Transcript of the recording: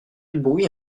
bruit